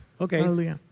okay